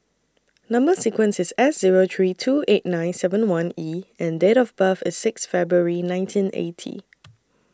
Number sequence IS S Zero three two eight nine seven one E and Date of birth IS six February nineteen eighty